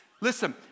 Listen